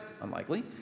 unlikely